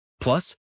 Plus